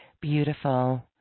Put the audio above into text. Beautiful